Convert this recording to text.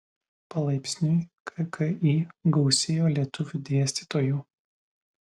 palaipsniui kki gausėjo lietuvių dėstytojų